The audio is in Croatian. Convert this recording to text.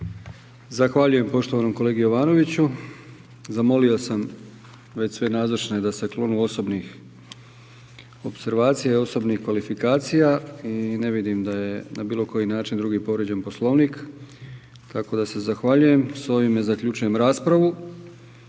Zahvaljujem poštovanom kolegi Jovanoviću. Zamolio sam već sve nazočne da se klonu osobnih opservacija i osobnih kvalifikacija i ne vidim da je na bilo koji način drugi povrijeđen Poslovnik, tako da se zahvaljujem. S ovime zaključujem raspravu.,